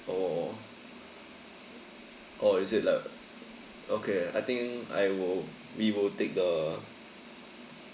or or is it like okay I think I will we will take the